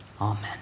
Amen